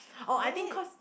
oh I think cause